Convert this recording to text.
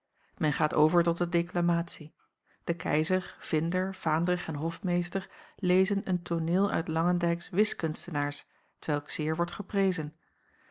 men gaat over tot de deklamatie de keizer vinder vaandrig en hofmeester lezen een tooneel uit langendijks wiskunstenaars t welk zeer wordt geprezen